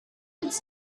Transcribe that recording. its